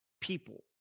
people